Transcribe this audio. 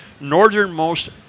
northernmost